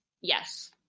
Yes